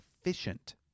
efficient